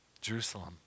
Jerusalem